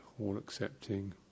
all-accepting